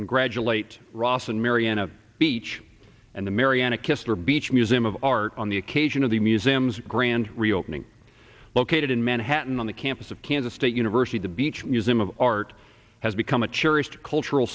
congratulate ross and mariana beach and the mariana kister beach museum of art on the occasion of the museum's grand reopening located in manhattan on the campus of kansas state university to beach museum of art has become a cherished cultural